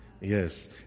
Yes